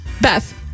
Beth